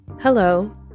Hello